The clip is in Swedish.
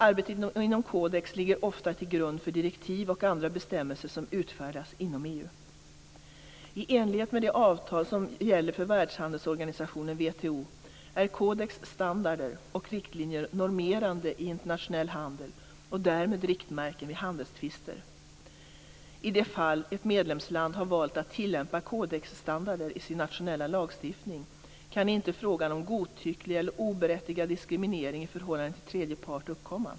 Arbetet inom Codex ligger ofta till grund för direktiv och andra bestämmelser som utfärdas inom EU. I enlighet med de avtal som gäller för Världshandelsorganisationen WTO är Codex standarder och riktlinjer normerande i internationell handel och därmed riktmärken vid handelstvister. I de fall ett medlemsland har valt att tillämpa Codexstandarder i sin nationella lagstiftning kan inte frågan om godtycklig och oberättigad diskriminering i förhållande till tredje part uppkomma.